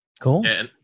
Cool